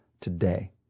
today